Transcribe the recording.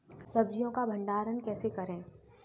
सब्जियों का भंडारण कैसे करें?